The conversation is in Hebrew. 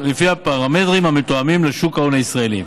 לפי פרמטרים המותאמים לשוק ההון הישראלי.